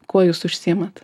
kuo jūs užsiimat